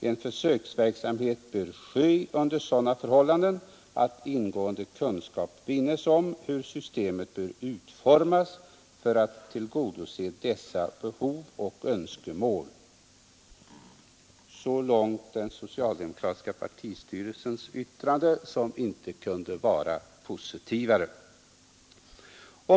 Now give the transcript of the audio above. En försöksverksamhet bör ske under sådana förhållanden att ingående kunskap vinns om hur systemet bör utformas för att tillgodose dessa behov och önskemål.” Så långt den socialdemokratiska partistyrelsens yttrande, som inte kunde vara positivare.